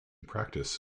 practice